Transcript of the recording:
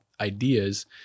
ideas